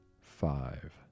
five